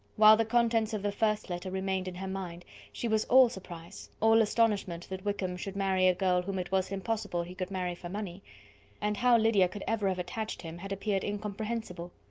while the contents of the first letter remained in her mind, she was all surprise all astonishment that wickham should marry a girl whom it was impossible he could marry for money and how lydia could ever have attached him had appeared incomprehensible.